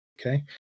Okay